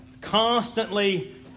constantly